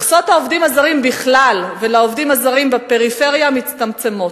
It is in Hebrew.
מכסות העובדים הזרים בכלל והעובדים הזרים בפריפריה מצטמצמות.